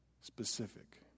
specific